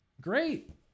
great